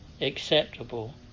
acceptable